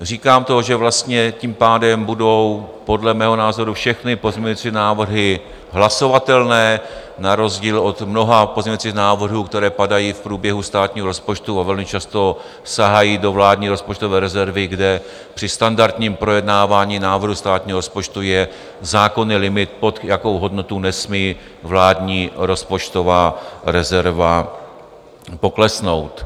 Říkám to, že vlastně tím pádem budou podle mého názoru všechny pozměňující návrhy hlasovatelné na rozdíl od mnoha pozměňujících návrhů, které padají v průběhu státního rozpočtu a velmi často sahají do vládní rozpočtové rezervy, kde při standardním projednávání návrhu státního rozpočtu je zákonný limit, pod jakou hodnotu nesmí vládní rozpočtová rezerva poklesnout.